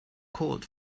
called